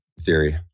theory